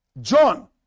John